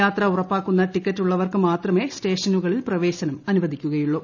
യാത്ര ഉറപ്പാക്കുന്ന ടിക്കറ്റ് ഉള്ളവർക്ക് മാത്രമേ സ്റ്റേഷനുകളിൽ പ്രവേശനം അനുവദിക്കുകയുള്ളൂ